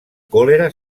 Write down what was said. còlera